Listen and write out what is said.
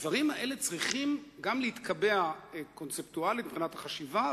והדברים האלה צריכים גם להתקבע קונספטואלית מבחינת החשיבה,